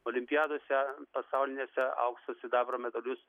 olimpiadose pasaulinėse aukso sidabro medalius